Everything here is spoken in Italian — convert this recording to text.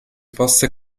fosse